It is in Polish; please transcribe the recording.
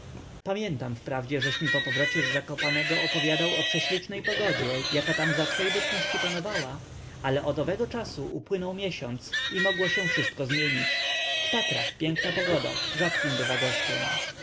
pamiętam wprawdzie żeś mi po powrocie z zakopanego opowiadał o prześlicznej pogodzie jaka tam za twej bytności panowała ale od owego czasu upłynął miesiąc i mogło się wszystko zmienić w tatrach piękna pogoda rzadkim